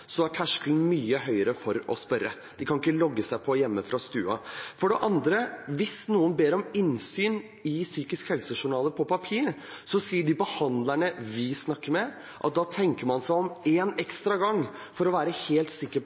er terskelen mye høyere for å spørre. De kan ikke logge seg på hjemme fra stua. For det andre: Hvis noen ber om innsyn i psykisk helsejournal på papir, sier de behandlerne vi snakker med, at da tenker man seg om en ekstra gang for å være helt sikker på